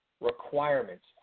requirements